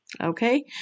Okay